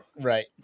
Right